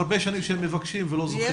הרבה שנים הם מבקשים ולא זוכים.